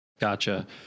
Gotcha